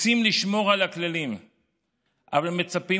רוצים לשמור על הכללים אבל הם מצפים